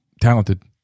talented